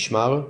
משמר,